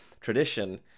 tradition